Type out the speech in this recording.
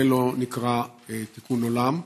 זה לא נקרא תיקון עולם,